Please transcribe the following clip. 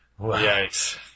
Yikes